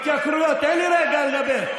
תן לי רגע לדבר.